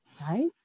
right